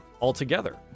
altogether